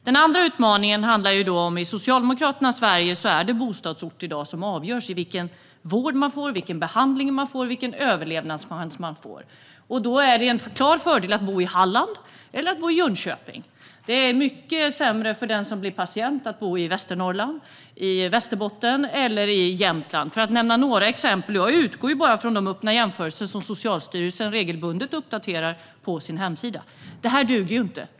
Den andra utmaningen handlar om att det i Socialdemokraternas Sverige i dag är bostadsort som avgör vilken vård man får, vilken behandling man får och vilken överlevnadschans man får. Då är det en klar fördel att bo i Halland eller i Jönköping. Det är mycket sämre för den som blir patient att bo i Västernorrland, i Västerbotten eller i Jämtland. Detta för att nämna några exempel - jag utgår från de öppna jämförelser som Socialstyrelsen regelbundet uppdaterar på sin hemsida. Det här duger inte.